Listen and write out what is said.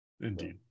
indeed